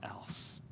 else